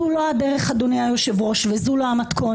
זו לא הדרך, אדוני היושב-ראש, וזו לא המתכונת.